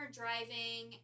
driving